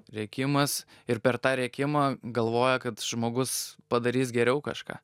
rėkimas ir per tą rėkimą galvoja kad žmogus padarys geriau kažką